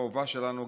אהובה שלנו,